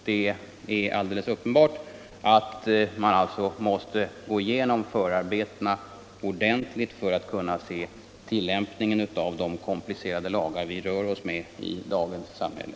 Det är alldelses uppenbart att man måste gå igenom förarbetena ordenligt för att kunna se tillämpningen av de komplicerade lagar vi rör oss med i dagens samhälle.